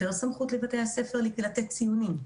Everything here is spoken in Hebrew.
יותר סמכות לבתי הספר לתת ציונים,